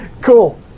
Cool